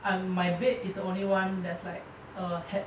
um my bed is the only one that's like a hat